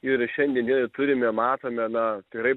ir šiandien dienai turime matome na tikrai